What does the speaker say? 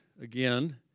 again